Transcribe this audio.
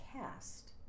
cast